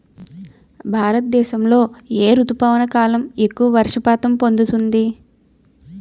భారతదేశంలో ఏ రుతుపవన కాలం ఎక్కువ వర్షపాతం పొందుతుంది?